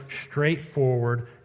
straightforward